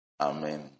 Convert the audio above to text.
Amen